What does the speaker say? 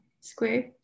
square